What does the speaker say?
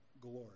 glory